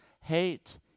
Hate